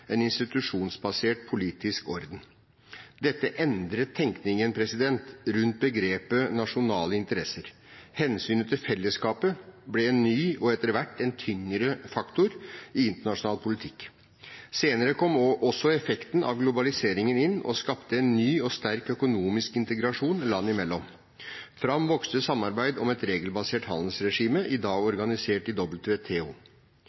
en institusjonsbasert politisk orden. Dette endret tenkningen rundt begrepet nasjonale interesser. Hensynet til fellesskapet ble en ny og etter hvert tyngre faktor i internasjonal politikk. Senere kom også effekten av globaliseringen inn og skapte en ny og sterk økonomisk integrasjon land imellom. Fram vokste samarbeidet om et regelbasert handelsregime, i dag